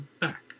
back